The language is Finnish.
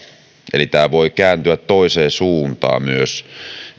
eli tämä voi myös kääntyä toiseen suuntaan